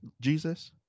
Jesus